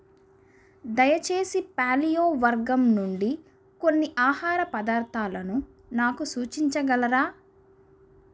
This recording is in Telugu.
దయచేసి ప్యాలియో వర్గం నుండి కొన్ని ఆహార పదార్థాలను నాకు సూచించగలరా